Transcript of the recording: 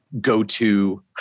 go-to